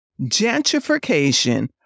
Gentrification